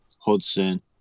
Hudson